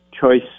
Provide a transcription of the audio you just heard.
choice